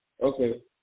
Okay